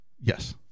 Yes